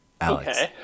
Alex